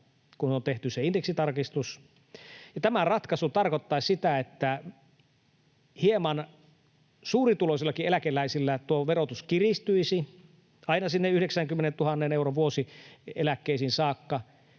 kun on tehty se indeksitarkistus. Tämä ratkaisu tarkoittaisi sitä, että suurituloisillakin eläkeläisillä hieman verotus kiristyisi aina sinne 90 000 euron vuosieläkkeisiin saakka,